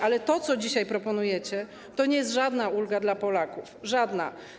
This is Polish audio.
Ale to, co dzisiaj proponujecie, to nie jest żadna ulga dla Polaków, żadna.